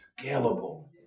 scalable